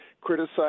criticize